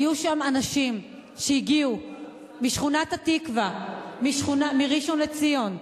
היו שם אנשים שהגיעו משכונת-התקווה, מראשון-לציון,